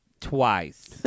twice